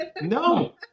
no